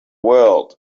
world